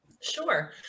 Sure